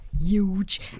Huge